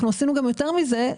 עשינו יותר מזה.